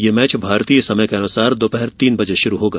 यह मैच भारतीय समय के अनुसार दोपहर तीन बजे शुरू होगा